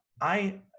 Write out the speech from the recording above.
I-